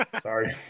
Sorry